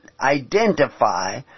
identify